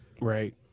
Right